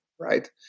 right